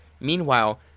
Meanwhile